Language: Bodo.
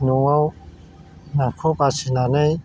न'आव नाखौ बासिनानै